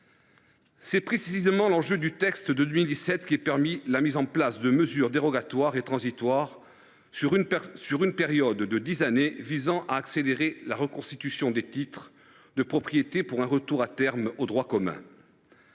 est précisément l’enjeu de la loi de 2017, qui a permis la mise en place de mesures dérogatoires et transitoires pour une période de dix ans, de manière à accélérer la reconstitution des titres de propriété en vue d’un retour, à terme, au droit commun.